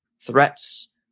threats